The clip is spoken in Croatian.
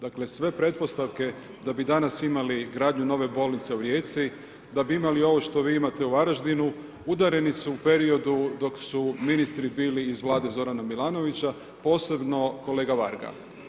Dakle, sve pretpostavke da bi danas imali gradnju nove bolnice u Rijeci, da bi imali ovo što vi imate u Varaždinu, udareni su u periodu dok su ministri bili iz Vlade Zorana Milanovića, posebno kolega Varga.